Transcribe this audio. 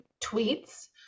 tweets